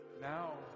Now